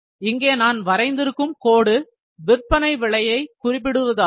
இங்கே நான் வரைந்திருக்கும் கோடு விற்பனை விலையை குறிப்பிடுவதாகும்